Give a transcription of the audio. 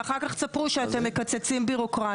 ואחר כך תספרו שאתם מקצצים בירוקרטיה.